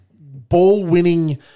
ball-winning